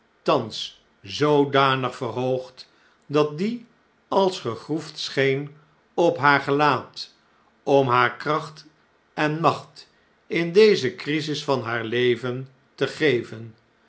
thans zoodanig verhoogd dat die als gegroefd scheen op haar gelaat om haar kracht en macht in deze crisis van haar leven te geven